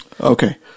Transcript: Okay